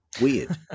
weird